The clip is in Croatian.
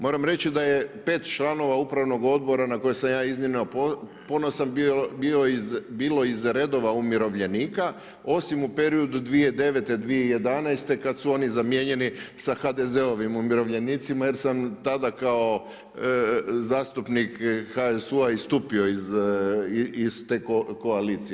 Moram reći da je 5 članova upravnog odbora na kojeg sam ja iznimno ponosa, bilo iz redova umirovljenika, osim u periodu 2009.-2011. kad su oni zamijenjeni sa HDZ-ovim umirovljenicima, jer sam tada kao zastupnik HSU-a istupio iz te koalicije.